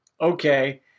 okay